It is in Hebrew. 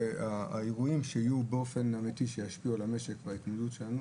האירועים שיהיו באופן אמיתי וישפיעו על המשק והתמודדות שלנו,